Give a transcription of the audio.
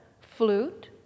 flute